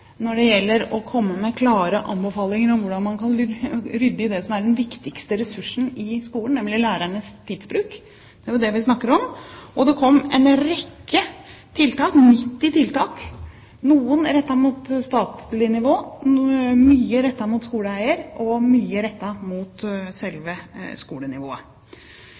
når det gjelder å komme med klare anbefalinger om hvordan man kan rydde i det som er den viktigste ressursen i skolen, nemlig lærernes tidsbruk – det er jo det vi snakker om. Det kom en rekke tiltak, 90 tiltak, noen rettet mot statlig nivå, mye rettet mot skoleeier, og mye rettet mot selve skolenivået,